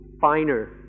finer